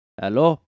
Hello